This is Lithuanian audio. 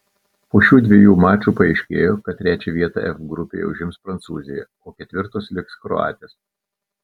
po šių dviejų mačų paaiškėjo kad trečią vietą f grupėje užims prancūzija o ketvirtos liks kroatės